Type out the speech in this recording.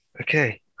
Okay